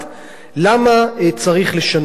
למה צריך לשנות את החוק.